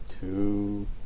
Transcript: two